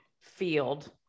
field